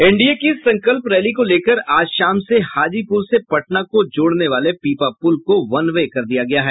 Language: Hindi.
एनडीए की संकल्प रैली को लेकर आज शाम से हाजीपुर से पटना को जोड़ने वाले पीपा पुल को वन वे कर दिया गया है